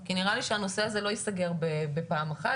כי נראה לי שהנושא הזה לא ייסגר בפעם אחת.